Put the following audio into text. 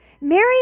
Mary